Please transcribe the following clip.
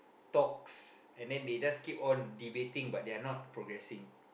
talks and then they just keep on debating but they are not progressing